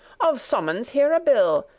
of summons here a bill.